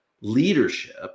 leadership